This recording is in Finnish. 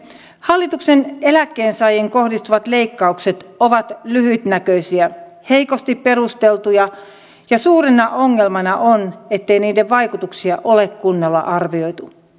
hallituksen eläkkeensaajiin kohdistuvat leikkaukset ovat lyhytnäköisiä heikosti perusteltuja ja suurena ongelmana on ettei niiden vaikutuksia ole kunnolla arvioitu